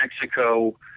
Mexico